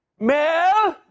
mel?